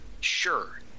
sure